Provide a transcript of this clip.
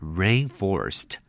rainforest